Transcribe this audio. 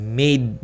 made